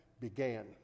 began